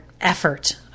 effort